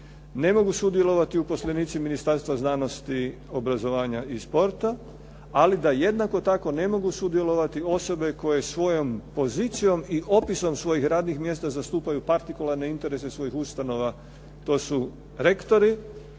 ne mogu sudjelovati uposlenici Ministarstva znanosti, obrazovanja i sporta, ali da jednako tako ne mogu sudjelovati osobe koje svojom pozicijom i opisom svojih radnih mjesta zastupaju partikularne interese svojih ustanova to su rektori,